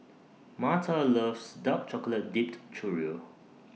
Marta loves Dark Chocolate Dipped Churro